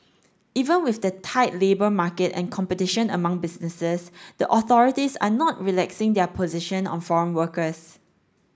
even with the tight labour market and competition among businesses the authorities are not relaxing their position on foreign workers